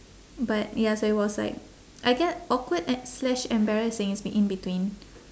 but ya so it was like I guess awkward a~ slash embarrassing it's in between